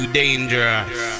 dangerous